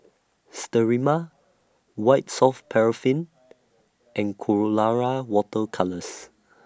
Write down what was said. Sterimar White Soft Paraffin and Colora Water Colours